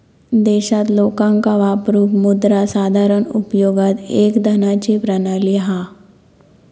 देशात लोकांका वापरूक मुद्रा साधारण उपयोगात एक धनाची प्रणाली हा